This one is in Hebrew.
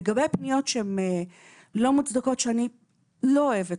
לגבי הפניות שהן לא מוצדקות שאני לא אוהבת,